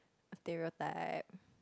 stereotype